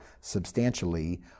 substantially